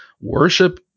worship